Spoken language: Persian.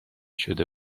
شده